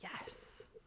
yes